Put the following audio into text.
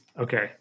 Okay